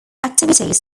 activities